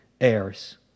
heirs